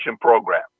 program